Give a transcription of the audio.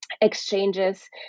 exchanges